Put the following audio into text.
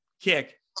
kick